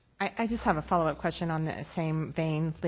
i just have a follow-up question on the same vein.